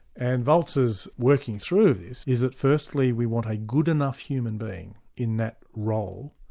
and waltzer's working through of this, is that firstly we want a good enough human being in that role,